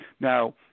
Now